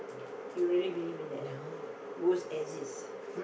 you really believe in that ah ghost exist